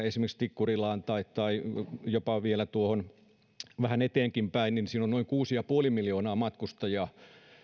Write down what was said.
esimerkiksi tikkurilaan tai jopa vielä vähän eteenkinpäin on noin kuusi pilkku viisi miljoonaa matkustajaa